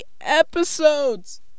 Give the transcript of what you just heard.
episodes